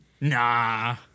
Nah